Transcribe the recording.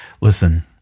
listen